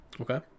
Okay